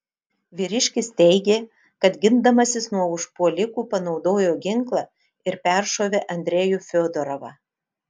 vyriškis teigė kad gindamasis nuo užpuolikų panaudojo ginklą ir peršovė andrejų fiodorovą